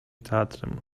teatrem